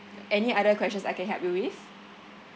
any other questions I can help you with